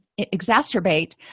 exacerbate